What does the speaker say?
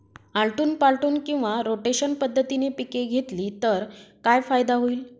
आलटून पालटून किंवा रोटेशन पद्धतीने पिके घेतली तर काय फायदा होईल?